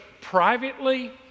privately